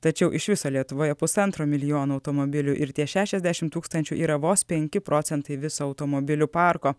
tačiau iš viso lietuvoje pusantro milijono automobilių ir tie šešiasdešimt tūkstančių yra vos penki procentai viso automobilių parko